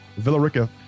Villarica